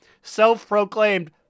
Self-proclaimed